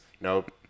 nope